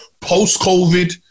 post-COVID